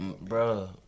Bro